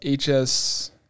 hs